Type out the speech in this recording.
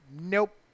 Nope